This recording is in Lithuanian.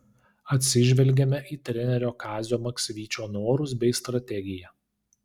atsižvelgėme į trenerio kazio maksvyčio norus bei strategiją